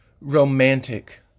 romantic